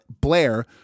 Blair